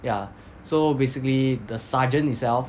ya so basically the sergeant itself